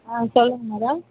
ஆ சொல்லுங்கள் மேடம்